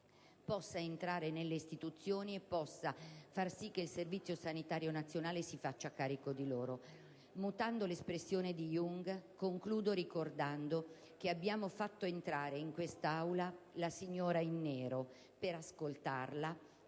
possa entrare nelle istituzioni e possa far sì che il Servizio sanitario nazionale si faccia carico di loro. Mutuando l'espressione di Jung, concludo ricordando che abbiamo fatto entrare in quest'Aula la «signora in nero» per ascoltarla,